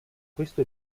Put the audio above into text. questo